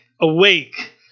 awake